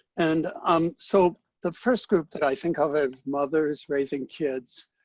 and um so the first group that i think of is mothers raising kids,